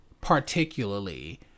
particularly